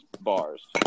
bars